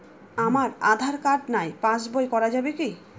আমার আঁধার কার্ড নাই পাস বই করা যাবে কি?